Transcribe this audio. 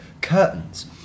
curtains